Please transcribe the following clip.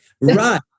Right